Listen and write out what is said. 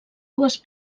dues